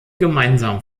gemeinsam